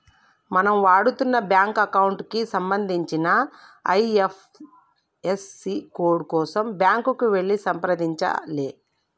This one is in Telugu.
మనం వాడుతున్న బ్యాంకు అకౌంట్ కి సంబంధించిన ఐ.ఎఫ్.ఎస్.సి కోడ్ కోసం బ్యాంకుకి వెళ్లి సంప్రదించాలే